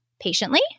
patiently